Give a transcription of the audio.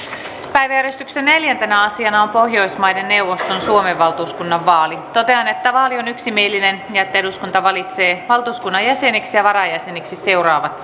päiväjärjestyksen neljäntenä asiana on pohjoismaiden neuvoston suomen valtuuskunnan vaali totean että vaali on yksimielinen ja että eduskunta valitsee valtuuskunnan jäseniksi ja varajäseniksi seuraavat